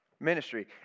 Ministry